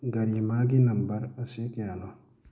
ꯒꯔꯤꯃꯥꯒꯤ number ꯑꯁꯤ ꯀꯌꯥꯅꯣ